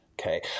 Okay